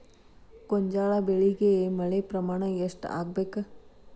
ಗೋಂಜಾಳ ಬೆಳಿಗೆ ಮಳೆ ಪ್ರಮಾಣ ಎಷ್ಟ್ ಆಗ್ಬೇಕ?